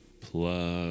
plus